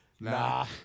Nah